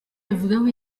abivugaho